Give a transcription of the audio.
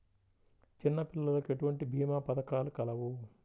చిన్నపిల్లలకు ఎటువంటి భీమా పథకాలు కలవు?